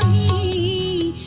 e